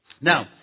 Now